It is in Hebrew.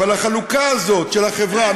אבל החלוקה הזאת של החברה,